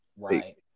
Right